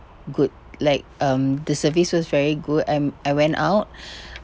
good like um the service was very good I'm I went out